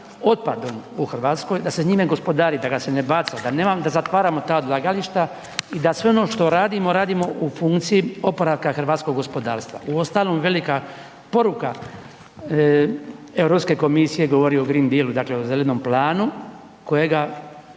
otpadom u Hrvatskoj, da se njime gospodari, da ga se ne baca, da ne zatvaramo ta odlagališta i da sve ono što radimo, radimo u funkciji oporavka hrvatskog gospodarstva. Ostalom, velika poruka EU komisije govori o Green Dealu, dakle o Zelenom planu, kojega,